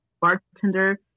bartender